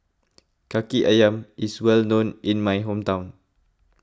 Kaki Ayam is well known in my hometown